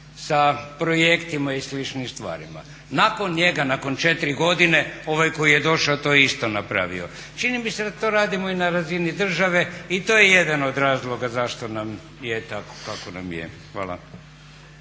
sa projektima i sličnim stvarima. Nakon njega, nakon 4 godine ovaj koji je došao to je isto napravio. Čini mi se da to radimo i na razini države i to je jedan od razloga zašto nam je tako kako nam je. Hvala.